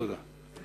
תודה.